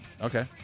Okay